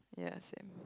yeah same